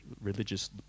religious